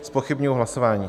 Zpochybňuji hlasování.